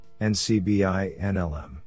NCBI-NLM